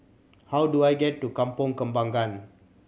how do I get to Kampong Kembangan